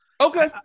Okay